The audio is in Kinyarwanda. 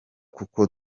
kuko